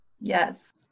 Yes